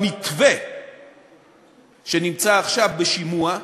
במתווה שנמצא עכשיו בשימוע,